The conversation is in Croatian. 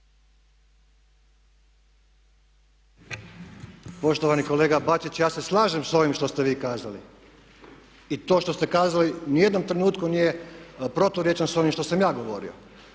Poštovani kolega Bačić ja se slažem s ovim što ste vi kazali i to što ste kazali u nijednom trenutku nije proturječno s onim što sam ja govorio.